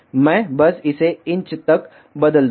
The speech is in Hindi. मैं बस इसे इंच तक बदल दूंगा